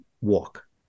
walk